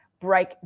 break